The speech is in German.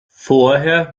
vorher